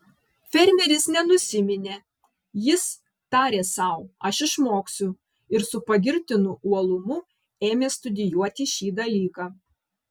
fermeris nenusiminė jis tarė sau aš išmoksiu ir su pagirtinu uolumu ėmė studijuoti šį dalyką